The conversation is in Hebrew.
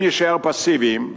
אם נישאר פסיביים,